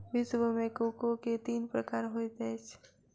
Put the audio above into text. विश्व मे कोको के तीन प्रकार होइत अछि